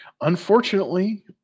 Unfortunately